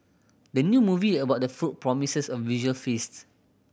the new movie about food promises a visual feast